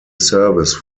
service